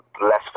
less